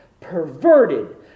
perverted